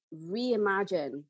reimagine